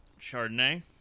Chardonnay